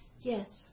yes